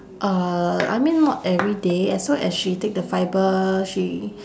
uh I mean not everyday as long as she take the fibre she